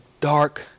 dark